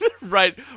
right